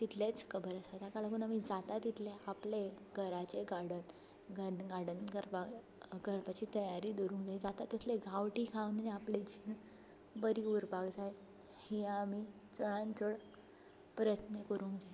तितलेंच खबर आसा ताका लागून आमी जाता तितलें आपलें घराचें गार्डन घड गार्डन करपाक करपाची तयारी दवरूंक जाय जाता तितलें गांवठी खावन आनी आपलें जीण बरी उरपाक जाय ही आमी चडांत चड प्रयत्न करूंक जाय